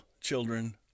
children